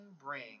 bring